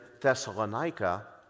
Thessalonica